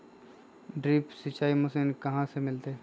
Drip सिंचाई machine कहाँ से मिलतै?